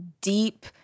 deep